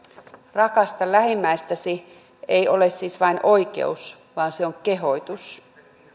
rakasta lähimmäistäsi ei ole siis vain oikeus vaan se on kehotus